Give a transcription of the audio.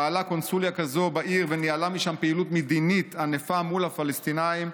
פעלה קונסוליה כזאת בעיר וניהלה משם פעילות מדינית ענפה מול הפלסטינים,